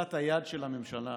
לאוזלת היד של הממשלה,